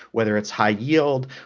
whether it's high yield.